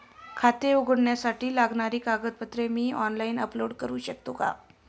खाते उघडण्यासाठी लागणारी कागदपत्रे मी ऑनलाइन अपलोड करू शकतो का?